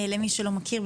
למי שלא מכיר,